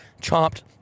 chopped